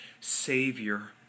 savior